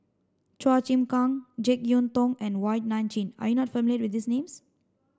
Chua Chim Kang Jek Yeun Thong and Wong Nai Chin are you not familiar with these names